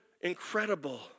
incredible